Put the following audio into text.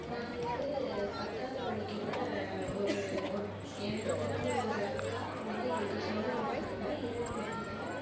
நான் வந்து பத்தாவது படிக்கையில் ஒரு ஒன் எனக்கு தெரிஞ்ச ஒரு அக்கா வந்து எங்களுக்கு சொல்லி கொடுத்தாங்க இரவு நேரத்தில்